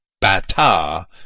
bata